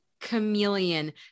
chameleon